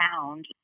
found